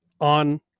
on